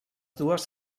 dues